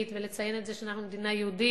ולציין את זה שאנחנו מדינה יהודית,